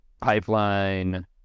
pipeline